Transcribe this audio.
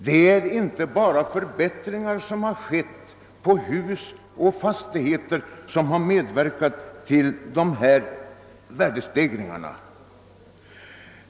Det är inte bara förbättringar på hus och fastigheter som medverkat till värdestegringarna.